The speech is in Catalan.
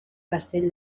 castell